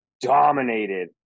dominated